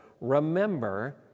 Remember